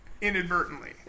inadvertently